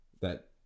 that-